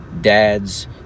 dads